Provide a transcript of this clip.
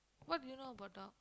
what do you know about dog